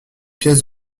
pièces